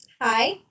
Hi